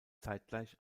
zeitgleich